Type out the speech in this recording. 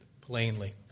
plainly